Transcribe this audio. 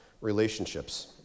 relationships